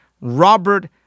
Robert